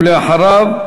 ואחריו,